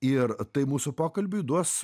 ir tai mūsų pokalbiui duos